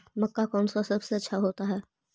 मक्का कौन सा सबसे अच्छा होता है?